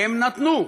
הם נתנו.